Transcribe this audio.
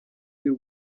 y’u